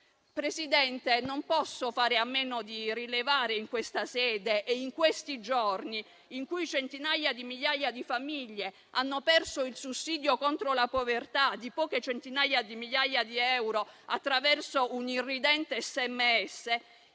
Presidente, non posso fare a meno di rilevare in questa sede, in questi giorni in cui centinaia di famiglie hanno perso il sussidio contro la povertà di poche centinaia di migliaia di euro attraverso un irridente SMS,